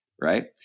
right